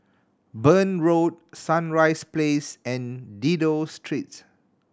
Burn Road Sunrise Place and Dido Street